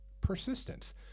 persistence